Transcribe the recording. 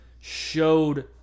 showed